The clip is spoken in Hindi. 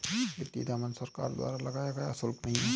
वित्तीय दमन सरकार द्वारा लगाया गया शुल्क नहीं है